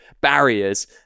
barriers